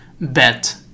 bet